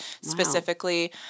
specifically